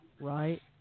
Right